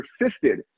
persisted